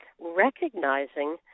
recognizing